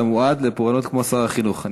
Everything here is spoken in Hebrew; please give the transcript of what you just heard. אתה מועד לפורענות כמו שר החינוך.